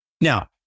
Now